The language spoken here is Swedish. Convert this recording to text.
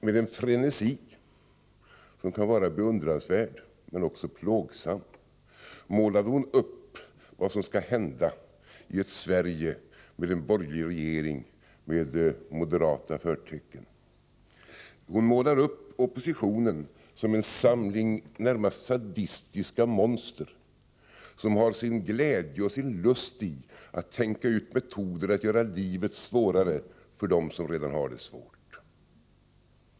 Med en frenesi som kan vara beundransvärd men också plågsam målade hon upp vad som skall hända i ett Sverige med en borgerlig regering med moderata förtecken. Hon målar upp oppositionen som en samling närmast sadistiska monster, som har sin glädje och sin lust i att tänka ut metoder att göra livet svårare för dem som redan har det svårt.